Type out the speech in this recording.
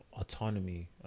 autonomy